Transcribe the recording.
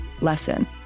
lesson